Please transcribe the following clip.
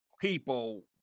People